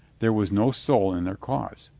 there was no soul in their cause.